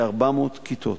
כ-400 כיתות.